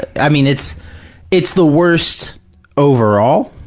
i mean, it's it's the worst overall,